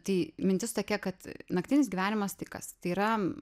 tai mintis tokia kad naktinis gyvenimas tai kas tai yra